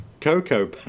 cocoa